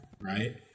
right